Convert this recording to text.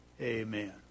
Amen